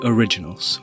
Originals